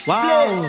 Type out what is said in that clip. Wow